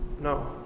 No